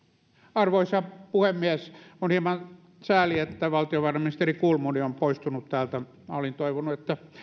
arvoisa puhemies on hieman sääli että valtiovarainministeri kulmuni on poistunut täältä minä olin toivonut että